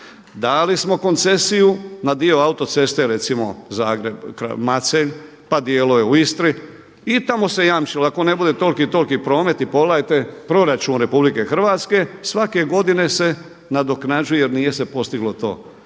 Dali smo koncesiju na dio autoceste recimo Zagreb – Macelj, pa dijelove u Istri. I tamo se jamčilo ako ne bude toliki i toliki promet i pogledajte proračun RH svake godine se nadoknađuje jer nije se postiglo to.